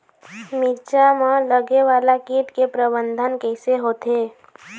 मिरचा मा लगे वाला कीट के प्रबंधन कइसे होथे?